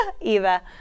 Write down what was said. Eva